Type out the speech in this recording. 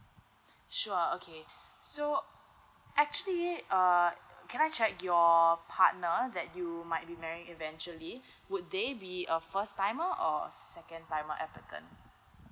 sure okay so actually err can I check your partner that you might be marry eventually would they be a first timer or second timer at the turn